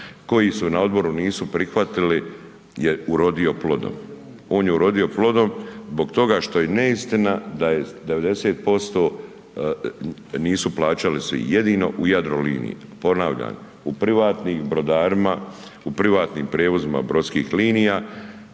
koji su na odboru nisu prihvatili je urodio plodom. On je urodio plodom zbog toga što je neistina da je 90% nisu plaćali svi, jedino u Jadroliniji. Ponavljam u privatnim brodarima, u privatnim prijevozima brodskih linija